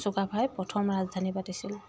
চুকাফাই প্ৰথম ৰাজধানী পাতিছিল